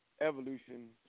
evolution